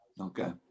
okay